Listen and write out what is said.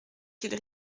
qu’il